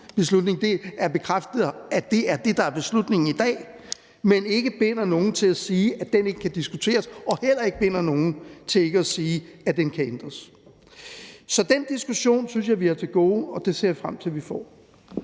beslutning, er det bekræftet, at det er det, der er beslutningen i dag, men at det ikke binder nogen til at sige, at den ikke kan diskuteres, og heller ikke binder nogen til ikke at sige, at den kan ændres. Så den diskussion synes jeg vi har til gode, og den ser jeg frem til vi får.